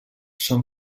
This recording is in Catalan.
són